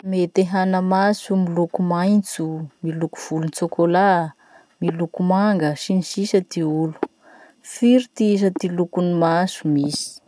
Mety hana maso miloko maintso, miloko volon-tsokola, miloko manga, sy ny sisa ty olo. Firy ty isa ty lokon'ny maso misy?